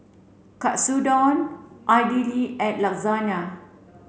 Katsudon Idili and Lasagna